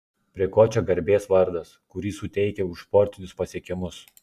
prie ko čia garbės vardas kurį suteikė už sportinius pasiekimus